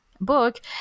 book